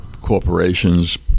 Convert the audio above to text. corporations